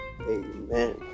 Amen